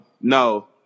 no